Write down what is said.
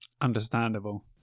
Understandable